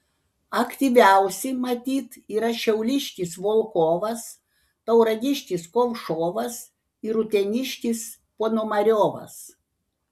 aktyviausi matyt yra šiauliškis volkovas tauragiškis kovšovas ir uteniškis ponomariovas